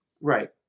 Right